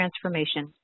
transformation